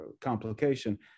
complication